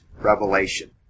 revelation